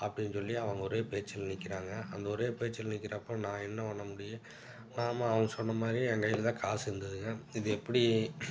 அப்படினு சொல்லி அவங்க ஒரே பேச்சில் நிற்கிறாங்க அந்த ஒரே பேச்சில் நிற்கிற அப்போ நான் என்ன பண்ண முடியும் நாம் அவங்க சொன்ன மாதிரி என் கையில் தான் காசு இருந்ததுங்க இது எப்படி